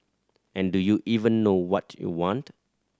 and do you even know what you want